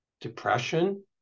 depression